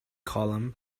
column